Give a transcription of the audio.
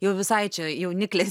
jau visai čia jauniklė